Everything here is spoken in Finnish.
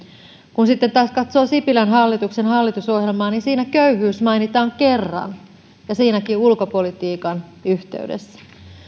kun sitten taas katsoo sipilän hallituksen hallitusohjelmaa niin siinä köyhyys mainitaan kerran ja siinäkin ulkopolitiikan yhteydessä